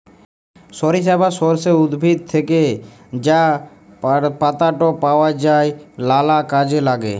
সরিষা বা সর্ষে উদ্ভিদ থ্যাকে যা পাতাট পাওয়া যায় লালা কাজে ল্যাগে